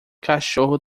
cachorro